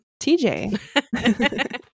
TJ